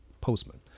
postman